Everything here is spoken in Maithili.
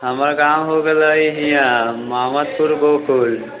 हमर गाँव हो गेलै हियाँ माबरपुर गोकुल